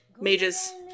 mage's